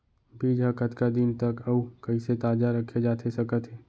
बीज ह कतका दिन तक अऊ कइसे ताजा रखे जाथे सकत हे?